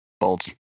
bolts